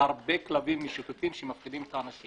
והרבה כלבים משוטטים שמפחידים את האנשים